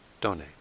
donate